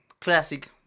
Classic